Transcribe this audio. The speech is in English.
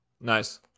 Nice